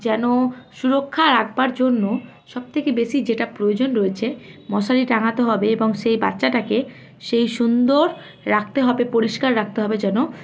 যেন সুরক্ষা রাখবার জন্য সবথেকে বেশি যেটা প্রয়োজন রয়েছে মশারি টাঙাতে হবে এবং সেই বাচ্চাটাকে সেই সুন্দর রাখতে হবে পরিষ্কার রাখতে হবে যেন